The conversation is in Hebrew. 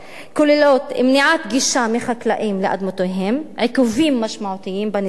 וכוללות מניעת גישה מחקלאים לאדמותיה ועיכובים משמעותיים בנסיעה,